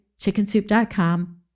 chickensoup.com